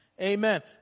Amen